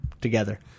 together